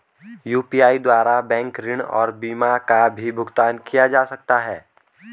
UPI द्वारा bank ऋण और बीमा का भी भुगतान किया जा सकता है?